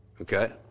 Okay